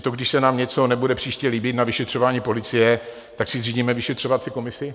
Prostě když se nám něco nebude příště líbit na vyšetřování policie, tak si zřídíme vyšetřovací komisi?